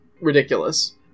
ridiculous